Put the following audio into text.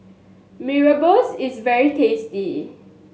Mee Rebus is very tasty